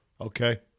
Okay